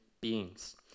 beings